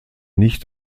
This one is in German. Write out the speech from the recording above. nicht